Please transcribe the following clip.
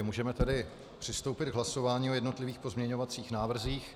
Můžeme tedy přistoupit k hlasování o jednotlivých pozměňovacích návrzích.